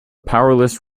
powerless